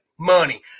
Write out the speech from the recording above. money